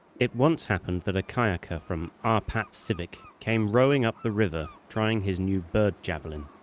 it once happened that a kayaker from arpat-sivik came rowing up the river, trying his new bird javelin.